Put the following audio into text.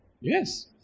Yes